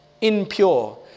impure